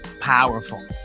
Powerful